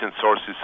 sources